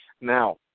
Now